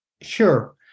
Sure